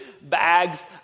bags